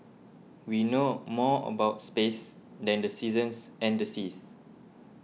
we know more about space than the seasons and the seas